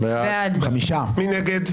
מי נגד?